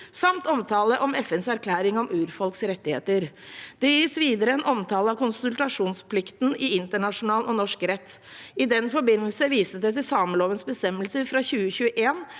samt omtale av FNs erklæring om urfolks rettigheter. Det gis videre en omtale av konsultasjonsplikten i internasjonal og norsk rett. I den forbindelse vises det til samelovens bestemmelser fra 2021,